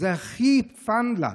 זה הכי פאן לה,